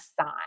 sign